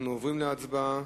אנחנו עוברים להצבעה.